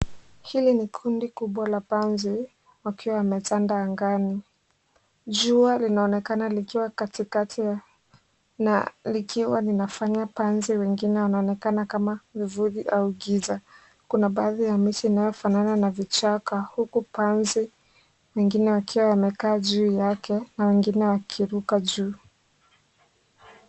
Hili ni kundi kubwa la panzi ,wakiwa wametanda angani. Jua linaonekana likiwa katikati ya na likiwa linafanya panzi wengine wanaonekana kama vivuli au giza. Kuna baadhi ya miche inayofanana na vichaka, huku panzi wengine wakiwa wamekaa juu yake na wengine wakiruka juu.